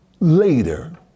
Later